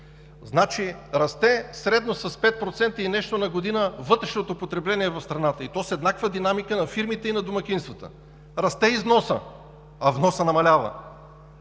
Значи расте средно с 5% и нещо на година вътрешното потребление в страната, и то с еднаква динамика на фирмите и на домакинствата. Расте износът, а вносът намалява.